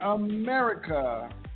America